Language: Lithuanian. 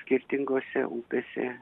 skirtingose upėse